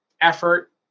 effort